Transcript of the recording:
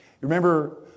remember